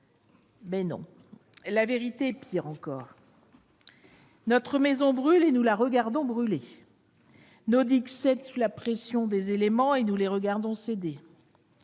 Mais non ! La vérité est pire encore : notre maison brûle, et nous la regardons brûler ; nos digues cèdent sous la pression des éléments, et nous les regardons céder